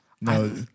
No